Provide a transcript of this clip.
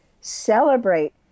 celebrate